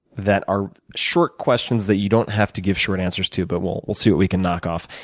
that are short questions that you don't have to give short answers to. but we'll we'll see what we can knock off.